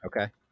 Okay